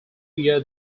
year